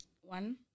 one